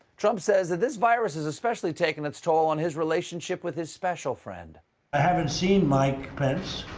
trump says that this virus has especially taken its toll on his relationship with his special friend i haven't seen mike pence,